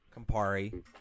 Campari